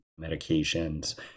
medications